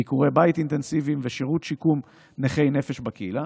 ביקורי בית אינטנסיביים ושירות שיקום נכי נפש בקהילה,